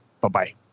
Bye-bye